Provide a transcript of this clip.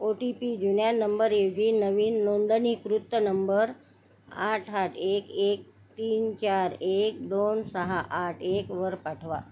ओ T P जुन्या नंबरऐवजी नवीन नोंदणीकृत नंबर आठ आठ एक एक तीन चार एक दोन सहा आठ एकवर पाठवा